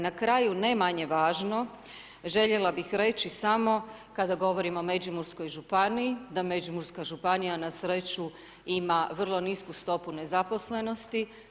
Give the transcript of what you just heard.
Na kraju ne manje važno, željela bih reći samo kada govorim o Međimurskoj županiji, da Međimurska županija na sreću ima vrlo nisku stopu nezaposlenosti.